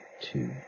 two